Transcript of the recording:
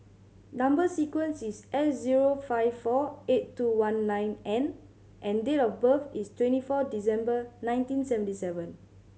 number sequence is S zero five four eight two one nine N and date of birth is twenty four December nineteen seventy seven